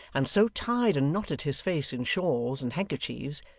and so tied and knotted his face in shawls and handkerchiefs,